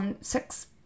six